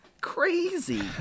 Crazy